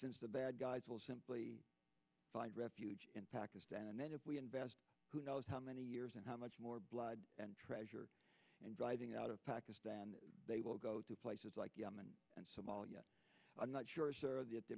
won the bad guys will simply find refuge in pakistan and then if we invest who knows how many years and how much more blood and treasure and driving out of pakistan they will go to places like yemen and somalia i'm not sure